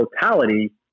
totality